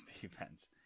defense